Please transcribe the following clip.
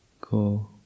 go